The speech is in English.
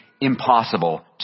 impossible